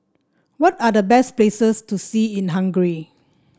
what are the best places to see in Hungary